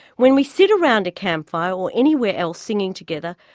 when we sit around a campfire or anywhere else singing together,